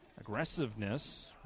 Aggressiveness